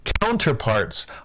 counterparts